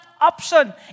option